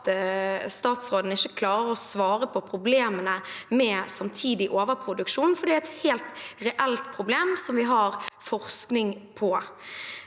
at statsråden ikke klarer å svare på problemene med samtidig overproduksjon, for det er et helt reelt problem som vi har forskning på.